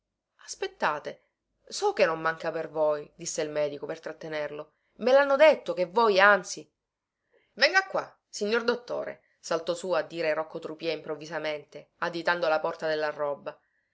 aspettate so che non manca per voi disse il medico per trattenerlo mhanno detto che voi anzi venga qua signor dottore saltò su a dire rocco trupìa improvvisamente additando la porta della roba